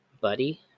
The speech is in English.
Buddy